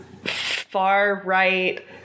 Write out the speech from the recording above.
Far-right